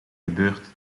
gebeurd